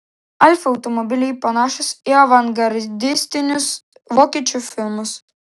alfa automobiliai panašūs į avangardistinius vokiečių filmus